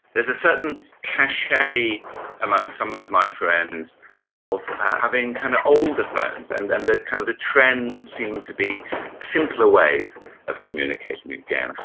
there's a certain cachet amongst some of my friends of having kind of older phones and and the kind of the trends seems to be simpler ways of commuting again.